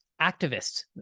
Activists